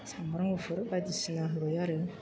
सामब्राम गुफुर बायदिसिना होबाय आरो